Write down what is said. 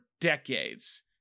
decades